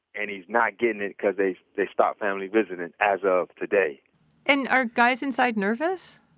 and he's not getting it cause they they stopped family visiting, as of today and are guys inside nervous?